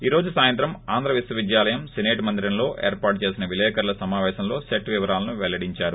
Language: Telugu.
ఈ రోజు సాయంత్రం ఆంధ్ర విశ్వవిద్యాలయం సెనేట్ మందిరంలో ఏర్పాటు చేసిన విలేకరుల సమావేశంలో సెట్ వివరాలను పెల్లడించారు